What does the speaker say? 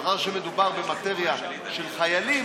מאחר שמדובר במטריה של חיילים,